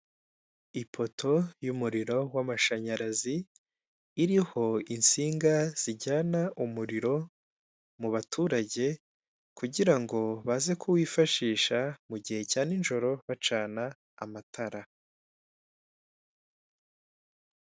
Ipoto y'umuriro w'amashanyarazi iriho insinga zijyana umuriro mu baturage, kugira ngo baze kuwifashisha mugihe cya ninjoro bacana amatara.